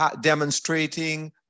demonstrating